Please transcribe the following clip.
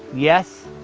yes,